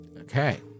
Okay